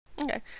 Okay